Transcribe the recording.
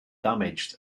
damaged